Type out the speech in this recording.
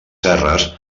serres